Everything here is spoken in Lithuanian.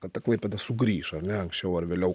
kad ta klaipėda sugrįš ar ne ankščiau ar vėliau